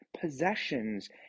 possessions